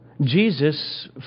Jesus